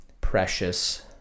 precious